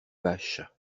vache